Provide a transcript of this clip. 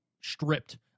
stripped